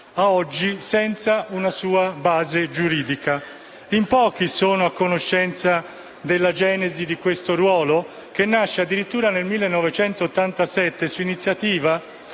ad oggi senza una sua base giuridica. In pochi sono a conoscenza della genesi di questo ruolo, che nasce addirittura nel 1987, su iniziativa